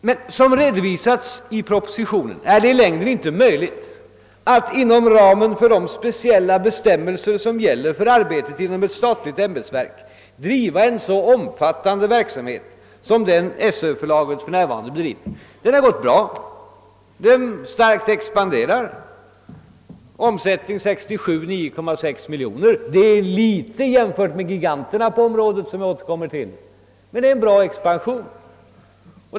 Men såsom redovisats i propositionen är det inte längre möjligt att inom ramen för de speciella bestämmelser som gäller för arbetet inom ett statligt ämbetsverk bedriva en så omfattande verksamhet som den Söförlaget för närvarande bedriver. Den har gått bra, den expanderar starkt, och omsättningen var under 1967 9,6 miljoner kronor. Det är ett litet belopp jämfört med giganterna på området, som jag återkommer till, men det är en bra expansion.